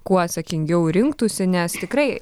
kuo atsakingiau rinktųsi nes tikrai